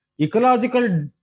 Ecological